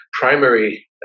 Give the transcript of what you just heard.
primary